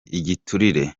igiturire